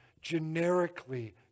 generically